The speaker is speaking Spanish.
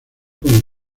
como